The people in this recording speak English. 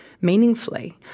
meaningfully